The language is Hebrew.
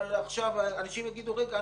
אבל עכשיו אנשים יגידו: רגע,